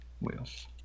Wheels